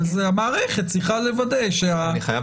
המערכת צריכה לוודא --- אני חייב